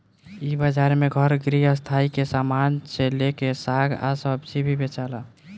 इ बाजार में घर गृहस्थी के सामान से लेके साग आ सब्जी भी बेचाला